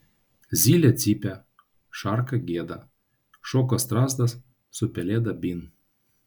zylė cypia šarka gieda šoka strazdas su pelėda bin